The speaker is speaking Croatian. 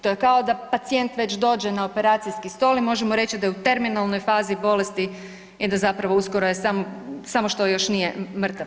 To je kao da pacijent već dođe na operacijski stol i možemo reći da je u terminalnoj fazi bolesti, onda zapravo uskoro samo što još nije mrtav.